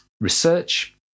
research